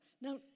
Now